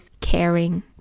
caring